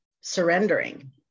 surrendering